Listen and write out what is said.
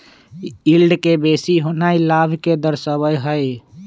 yield के बेशी होनाइ लाभ के दरश्बइत हइ